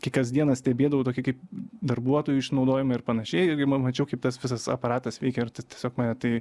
kai kasdieną stebėdavau tokį kaip darbuotojų išnaudojimą ir panašiai mačiau kaip tas visas aparatas veikia tiesiog mane tai